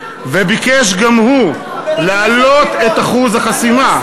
וביקש גם הוא להעלות את אחוז החסימה,